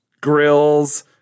grills